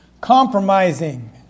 Compromising